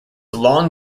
long